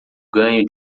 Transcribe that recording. ganho